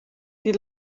die